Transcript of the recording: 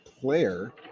player